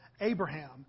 Abraham